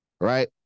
Right